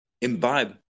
imbibe